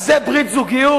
אז זה ברית זוגיות?